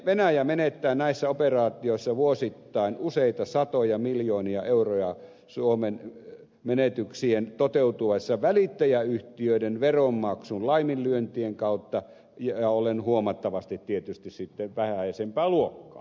venäjä menettää näissä operaatioissa vuosittain useita satoja miljoonia euroja suomen menetyksien toteutuessa välittäjäyhtiöiden veronmaksun laiminlyöntien kautta ja ollen sitten tietysti huomattavasti vähäisempää luokkaa